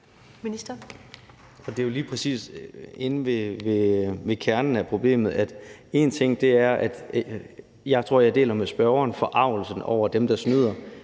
vi jo lige præcis inde ved kernen af problemet. En ting er, at jeg deler forargelsen over dem, der snyder,